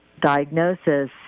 diagnosis